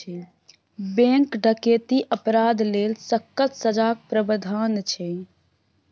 bank डकैतीक अपराध लेल सक्कत सजाक प्राबधान छै